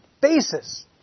basis